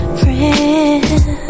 friend